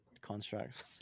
constructs